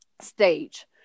stage